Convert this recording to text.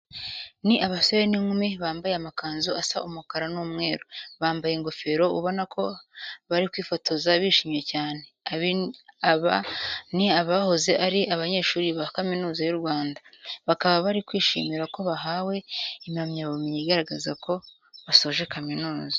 Ni abasore n'inkumi bambaye amakanzu asa umukara n'umweru, bambaye ingofero ubona ko bari kwifotoza bishimye cyane. Abi ni abahoze ari abanyeshuri ba Kaminuza y'u Rwanda, bakaba bari kwishimira ko bahawe impamyabumenyu igaragaza ko basoje kaminuza.